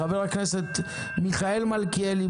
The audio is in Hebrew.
חברי הכנסת מיכאל מלכיאלי,